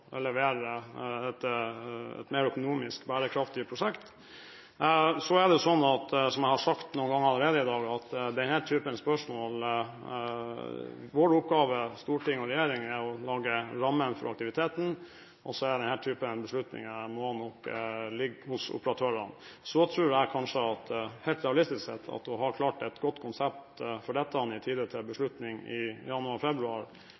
levere et mer økonomisk bærekraftig prosjekt. Som jeg har sagt noen ganger allerede i dag, er vår oppgave – Stortingets og regjeringens – å lage rammene for aktiviteten. Denne typen beslutninger må nok ligge hos operatørene. Så tror jeg kanskje, helt realistisk sett, at å ha klart et godt konsept for dette i tide til